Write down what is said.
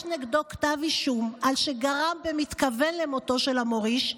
נגדו כתב אישום על שגרם במתכוון למותו של המוריש,